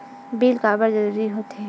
Bill काबर जरूरी होथे?